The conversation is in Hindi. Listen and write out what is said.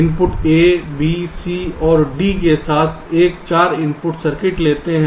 तो हम इनपुट A B C और D के साथ एक 4 इनपुट सर्किट लेते हैं